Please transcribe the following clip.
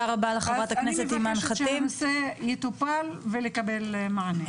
אז אני מבקשת שהנושא יטופל ולקבל מענה.